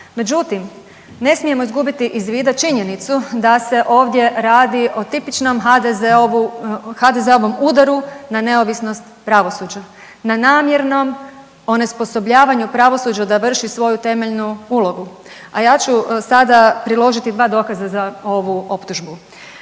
Međutim, ne smijemo izgubiti iz vida činjenicu da se ovdje radi o tipičnom HDZ-ovom udaru na neovisnost pravosuđa, na namjernom onesposobljavanju pravosuđa da vrši svoju temeljnu ulogu, a ja ću sada priložiti dva dokaza za ovu optužbu.